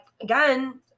again